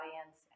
audience